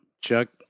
Chuck